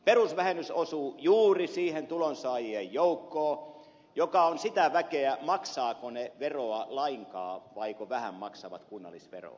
perusvähennys osuu juuri siihen tulonsaajien joukkoon joka on sitä väkeä että maksavatko he veroja lainkaan tai vähän maksavat kunnallisveroa